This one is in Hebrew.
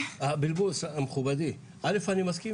הבלבול, מכובדי, א' אני מסכים